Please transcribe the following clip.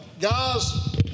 guys